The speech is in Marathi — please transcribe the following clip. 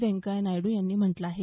व्यंकय्या नायडू यांनी म्हटलं आहे